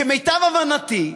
למיטב הבנתי,